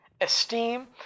Esteem